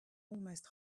almost